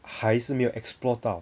还是没有 explore 到